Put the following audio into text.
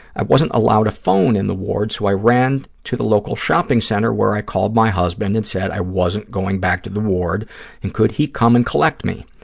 i wasn't allowed a phone in the ward so i ran to the local shopping center, where i called my husband and said i wasn't going back to the ward and could he come and collect me.